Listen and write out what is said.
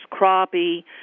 crappie